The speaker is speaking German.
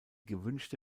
gewünschte